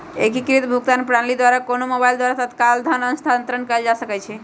एकीकृत भुगतान प्रणाली द्वारा कोनो मोबाइल द्वारा तत्काल धन स्थानांतरण कएल जा सकैछइ